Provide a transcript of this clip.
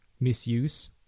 misuse